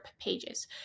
pages